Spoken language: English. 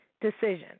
decision